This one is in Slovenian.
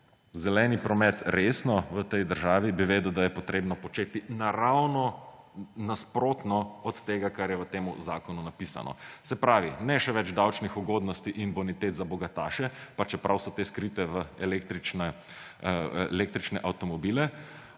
zeleni promet resno v tej državi, bi vedel, da je potrebno početi ravno nasprotno od tega, kar je v tem zakonu napisano. Se pravi, ne še več davčnih ugodnosti in bonitet za bogataše, pa čeprav so te skrite v električne avtomobile,